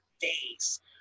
face